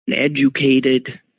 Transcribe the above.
educated